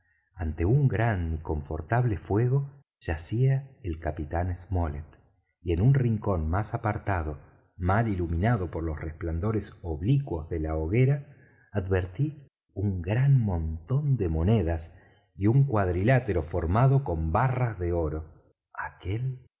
ante un grande y confortable fuego yacía el capitán smollet y en un rincón más apartado mal iluminado por los resplandores oblícuos de la hoguera advertí un gran montón de monedas y un cuadrilátero formado con barras de oro aquel